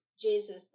jesus